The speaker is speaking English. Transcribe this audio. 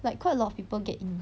like quite a lot of people get in